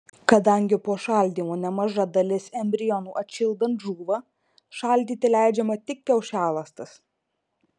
kadangi po šaldymo nemaža dalis embrionų atšildant žūva šaldyti leidžiama tik kiaušialąstes